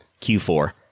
Q4